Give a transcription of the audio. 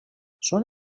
són